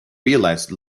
realised